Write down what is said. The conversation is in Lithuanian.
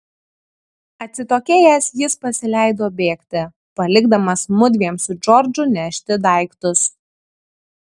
atsitokėjęs jis pasileido bėgti palikdamas mudviem su džordžu nešti daiktus